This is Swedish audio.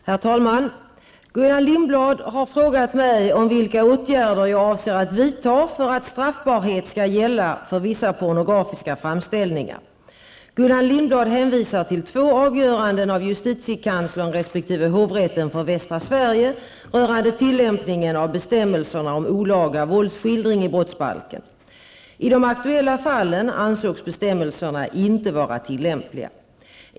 Herr talman! Gullan Lindblad har frågat mig om vilka åtgärder jag avser att vidta för att straffbarhet skall gälla för vissa pornografiska framställningar. Gullan Lindblad hänvisar till två avgöranden av justitiekanslern resp. hovrätten för Västra Sverige rörande tillämpningen av bestämmelserna om olaga våldsskildring i brottsbalken . I de aktuella fallen ansågs bestämmelserna inte vara tillämpliga.